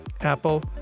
Apple